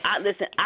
listen